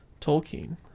tolkien